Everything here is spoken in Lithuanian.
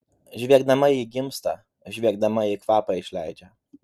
žviegdama ji gimsta žviegdama ji kvapą išleidžia